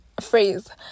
phrase